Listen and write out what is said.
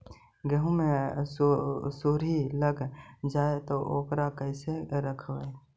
गेहू मे सुरही लग जाय है ओकरा कैसे रखबइ?